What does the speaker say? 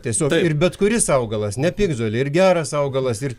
tiesiog ir bet kuris augalas ne piktžolė ir geras augalas ir